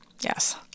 Yes